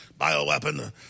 bioweapon